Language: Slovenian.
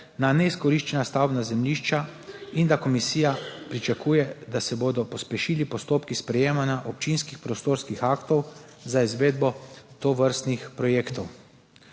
na neizkoriščena stavbna zemljišča in da komisija pričakuje, da se bodo pospešili postopki sprejemanja občinskih prostorskih aktov za izvedbo tovrstnih projektov.